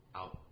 out